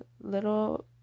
little